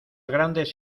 grandes